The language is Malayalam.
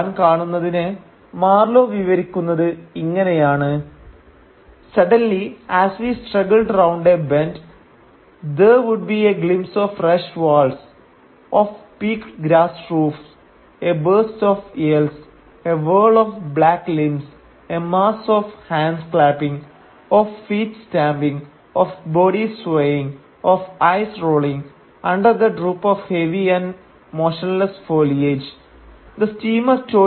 താൻ കാണുന്നതിനെ മാർലോ വിവരിക്കുന്നത് ഇങ്ങനെയാണ് "suddenly as we struggled round a bend there would be a glimpse of rush walls of peaked grass roofs a burst of yells a whirl of black limbs a mass of hands clapping of feet stamping of bodies swaying of eyes rolling under the droop of heavy and motionless foliage